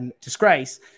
disgrace